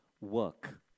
work